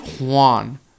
Juan